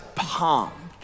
pumped